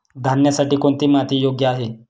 धान्यासाठी कोणती माती योग्य आहे?